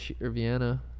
Vienna